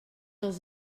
els